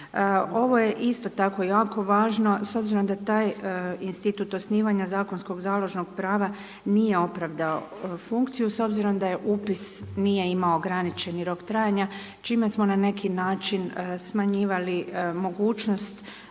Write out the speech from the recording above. Ovo je isto tako jako važno s obzirom da taj institut osnivanja zakonskog založnog prava nije opravdao funkciju s obzirom da upis nije imao ograničeni rok trajanja čime smo na neki način smanjivali mogućnost